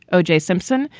o j. simpson,